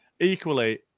equally